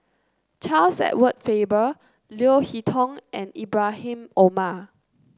Charles Edward Faber Leo Hee Tong and Ibrahim Omar